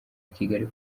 kigali